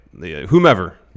Whomever